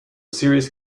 serious